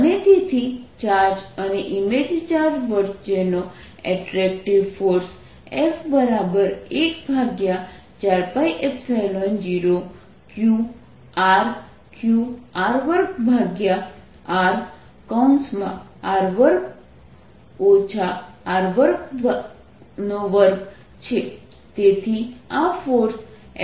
અને તેથી ચાર્જ અને ઇમેજ ચાર્જ વચ્ચેનો attractive force F14π0qR qr2r r2 R22 છે